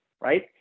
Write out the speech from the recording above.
right